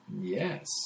Yes